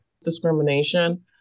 discrimination